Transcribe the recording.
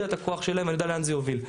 את הכוח שלהם ואני יודע לאן זה יוביל.